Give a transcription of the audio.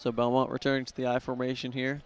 so belmont returning to the i formation here